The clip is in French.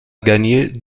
gagner